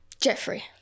jeffrey